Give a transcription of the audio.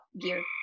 gear